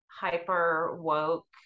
hyper-woke